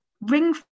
ring